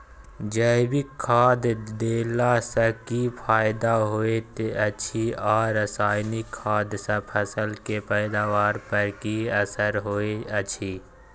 जैविक खाद देला सॅ की फायदा होयत अछि आ रसायनिक खाद सॅ फसल के पैदावार पर की असर होयत अछि?